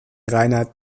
reiner